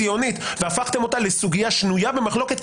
ציונית והפכתם אותה לסוגיה שנויה במחלוקת,